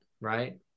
right